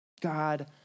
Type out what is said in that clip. God